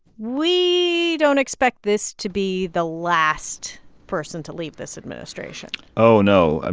we don't expect this to be the last person to leave this administration oh, no. i